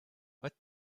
what